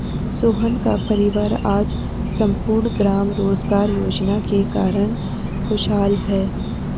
सोहन का परिवार आज सम्पूर्ण ग्राम रोजगार योजना के कारण खुशहाल है